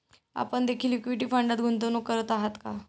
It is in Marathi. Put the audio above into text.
आपण देखील इक्विटी फंडात गुंतवणूक करत आहात का?